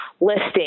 listing